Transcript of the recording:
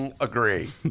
agree